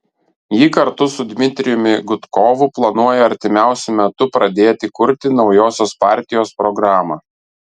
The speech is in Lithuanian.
ji kartu su dmitrijumi gudkovu planuoja artimiausiu metu pradėti kurti naujosios partijos programą